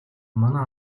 манай